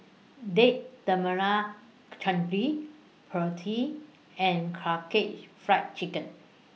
Date Tamarind Chutney Pretzel and Karaage Fried Chicken